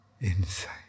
inside